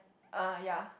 uh yea